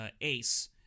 Ace